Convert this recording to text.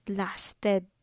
lasted